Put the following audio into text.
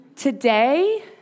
Today